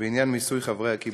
בעניין מיסוי חברי הקיבוצים.